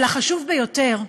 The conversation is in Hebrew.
אבל החשוב ביותר,